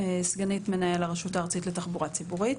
אני סגנית מנהל הרשות הארצית לתחבורה ציבורית.